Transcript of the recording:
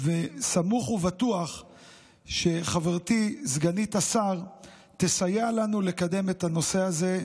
סמוך ובטוח שחברתי סגנית השר תסייע לנו לקדם את הנושא הזה,